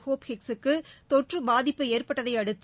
hope Hicks க்கு தொற்று பாதிப்பு ஏற்பட்டதை அடுத்து